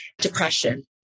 depression